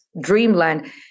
dreamland